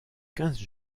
quinze